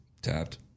tapped